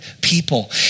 people